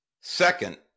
Second